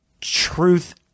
truth